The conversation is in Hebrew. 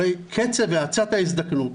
הרי קצב האצת ההזדקנות,